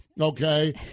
Okay